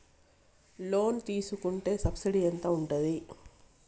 Loan తీసుకుంటే subsidy ఎంత ఉంటది?